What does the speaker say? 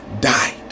died